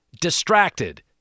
Distracted